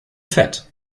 fett